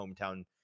hometown